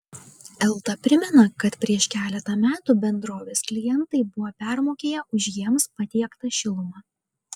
elta primena kad prieš keletą metų bendrovės klientai buvo permokėję už jiems patiektą šilumą